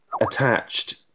attached